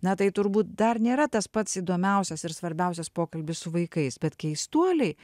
na tai turbūt dar nėra tas pats įdomiausias ir svarbiausias pokalbis su vaikais bet keistuoliai